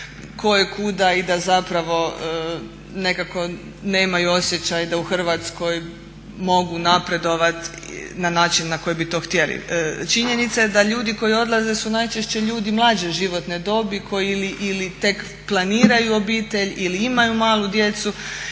kojekuda i da zapravo nekako nemaju osjećaj da u Hrvatskoj mogu napredovati na način na koji bi to htjeli. Činjenica je da ljudi koji odlaze su najčešće ljudi mlađe životne dobi koji ili tek planiraju obitelj ili imaju malu djecu